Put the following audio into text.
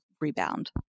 rebound